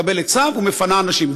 מקבלת צו ומפנה אנשים,